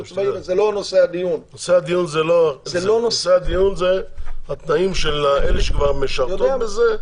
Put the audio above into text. נושא הדיון זה התנאים של אלה שכבר משרתות בזה.